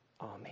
Amen